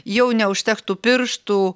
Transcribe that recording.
jau neužtektų pirštų